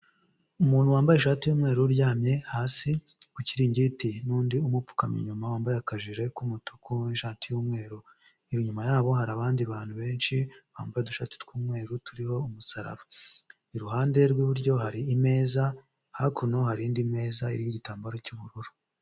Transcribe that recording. Umuntu wambaye ishati y'umweru uryamye hasi ku kiringiti n'undi umupfukama inyuma wambaye akajire k'umutuku n'ishati y'umweru, inyuma yabo hari abandi bantu benshi bambaye udushati tw'umweru turiho umusaraba. Iruhande rw'iburyo hari imeza hakuno hari indi imeza iriho igiitambaro cy'ubururu.